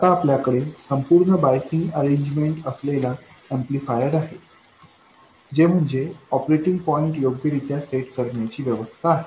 आता आपल्याकडे संपूर्ण बायसिंग अरेंजमेंट असलेला ऍम्प्लिफायर आहे जे म्हणजे ऑपरेटिंग पॉईंट योग्यरित्या सेट करण्याची व्यवस्था आहे